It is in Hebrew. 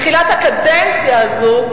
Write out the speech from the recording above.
מתחילת הקדנציה הזו,